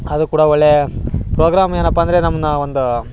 ಅದು ಕೂಡ ಒಳ್ಳೆಯ ಪ್ರೋಗ್ರಾಮ್ ಏನಪ್ಪ ಅಂದರೆ ನಮ್ಮನ್ನ ಒಂದು